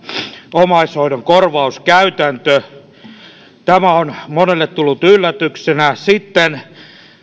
omaishoidon korvauskäytäntö tämä on monelle tullut yllätyksenä sitten